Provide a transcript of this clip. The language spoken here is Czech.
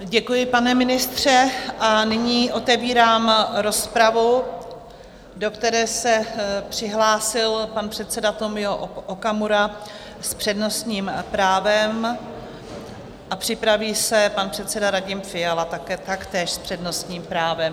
Děkuji, pane ministře, a nyní otevírám rozpravu, do které se přihlásil pan předseda Tomio Okamura s přednostním právem, a připraví se pan předseda Radim Fiala, taktéž s přednostním právem.